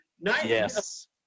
Yes